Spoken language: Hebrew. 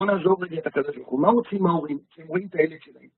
בוא נעזוב רגע את הקדוש ברוך הוא. מה רוצים ההורים כשהם רואים את הילד שלהם?